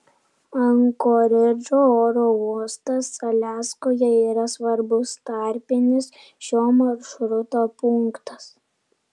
ankoridžo oro uostas aliaskoje yra svarbus tarpinis šio maršruto punktas